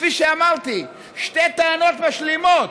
כפי שאמרתי, שתי טענות משלימות: